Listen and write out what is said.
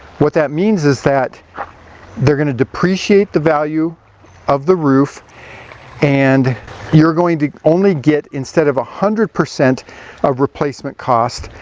what that means is that they're going to depreciate the value of the roof and you're going to only get instead of a hundred percent of replacement cost,